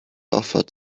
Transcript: offered